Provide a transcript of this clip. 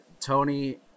Tony